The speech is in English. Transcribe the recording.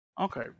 okay